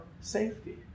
safety